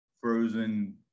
Frozen